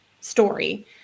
story